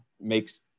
makes